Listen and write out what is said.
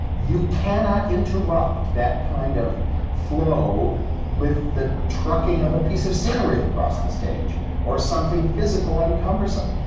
you cannot interrupt that kind of flow with the trucking of a piece of scenery across the stage or something physical and cumbersome.